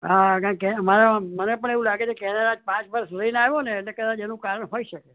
હા કારણ કે અમારા મને પણ એવું લાગે છે કે કદાચ કેનેડા પાંચ વર્ષ રહીને આવ્યો ને એટલે કદાચ એનું કારણ હોઈ શકે